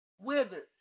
withered